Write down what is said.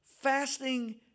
fasting